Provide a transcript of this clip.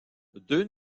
deux